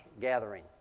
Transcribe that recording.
gathering